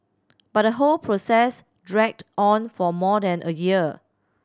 but the whole process dragged on for more than a year